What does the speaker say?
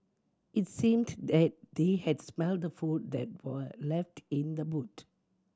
it seemed that they had smelt the food that were left in the boot